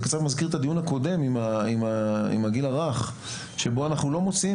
זה קצת מזכיר את הדיון הקודם עם הגיל הרך שבו אנחנו לא מוציאים,